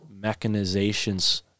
mechanizations